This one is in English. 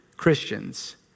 christians